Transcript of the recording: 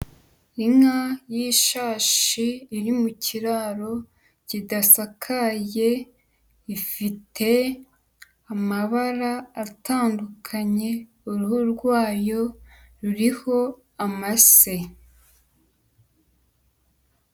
Inka y'ishashi iri mu kiraro kidasakaye, ifite amabara atandukanye, uruhu rwayo ruriho amase.